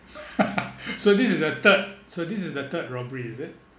so this is the third so this is the third robbery is it